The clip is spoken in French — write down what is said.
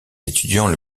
étudiants